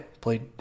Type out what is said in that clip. played